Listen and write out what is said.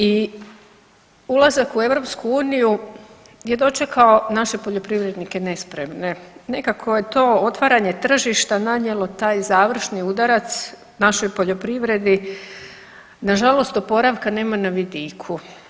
I ulazak u EU je dočekao naše poljoprivrednike nespremne, nekako je to otvaranje tržišta nanijelo taj završni udarac našoj poljoprivredi, nažalost oporavka nema na vidiku.